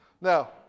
Now